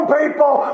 people